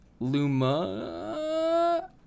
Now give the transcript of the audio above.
luma